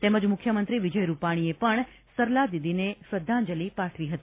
તેમજ મુખ્યમંત્રી વિજય રૂપાણીએ પણ સરલાદીદીને શ્રદ્ધાંજલિ પાઠવી હતી